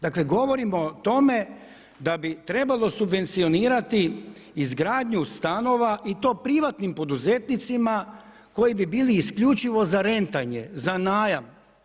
Dakle, govorim o tome da bi trebalo subvencionirati izgradnju stanova i to privatnim poduzetnicima koji bi bili isključivo za rentanje, za najam.